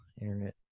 internet